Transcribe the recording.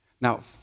Now